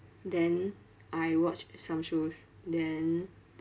then I watch some shows then